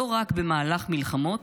לא רק במהלך מלחמות,